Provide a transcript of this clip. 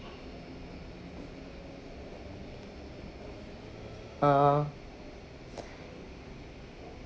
ah